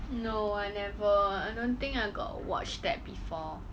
no I never I don't think I got watch that before